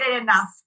enough